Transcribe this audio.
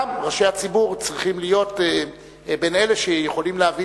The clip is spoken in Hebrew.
גם ראשי הציבור צריכים להיות בין אלה שיכולים להביא